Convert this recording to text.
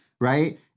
Right